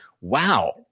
wow